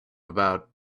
about